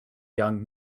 young